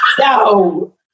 No